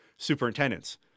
Superintendents